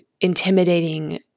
intimidating